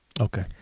Okay